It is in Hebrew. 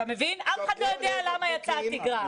שברו עליהם בקבוקים,